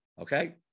Okay